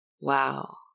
Wow